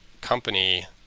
company